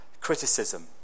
criticism